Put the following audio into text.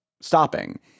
stopping